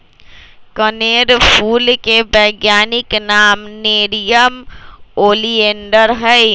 कनेर फूल के वैज्ञानिक नाम नेरियम ओलिएंडर हई